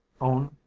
own